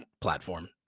platform